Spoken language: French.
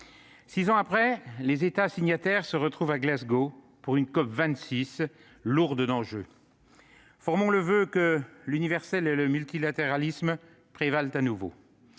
Six ans après, les États signataires se retrouvent à Glasgow pour une COP26 lourde d'enjeux. Formons le voeu que l'universel et le multilatéralisme prévalent de nouveau